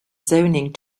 zoning